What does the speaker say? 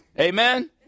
Amen